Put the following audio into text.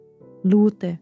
lute